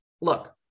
look